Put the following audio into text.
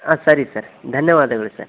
ಹಾಂ ಸರಿ ಸರ್ ಧನ್ಯವಾದಗಳು ಸರ್